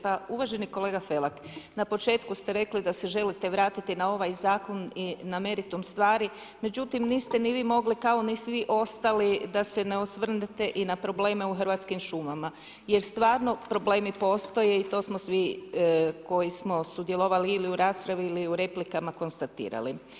Pa uvaženi kolega Felak, na početku ste rekli da se želite vratiti na ovaj zakon i na meritum stvari, niste ni vi mogli kao ni svi ostali da se osvrnete i na probleme u Hrvatskim šumama jer stvarno problemi postoje i to smo svi koji smo sudjelovali ili u raspravi ili u replikama konstatirali.